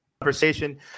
conversation